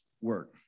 work